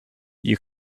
you